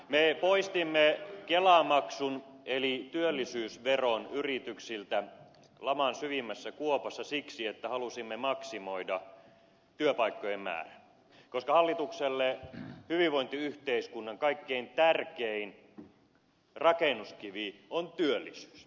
me poistimme kelamaksun eli työllisyysveron yrityksiltä laman syvimmässä kuopassa siksi että halusimme maksimoida työpaikkojen määrän koska hallitukselle hyvinvointiyhteiskunnan kaikkein tärkein rakennuskivi on työllisyys